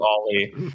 Ollie